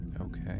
Okay